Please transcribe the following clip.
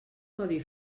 codi